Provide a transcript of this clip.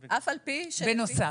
בנוסף.